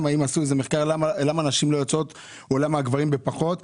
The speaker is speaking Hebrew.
האם עשו מחקר למה הנשים לא יוצאות לעבוד ולמה הגברים יוצאים פחות לעבוד.